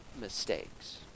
mistakes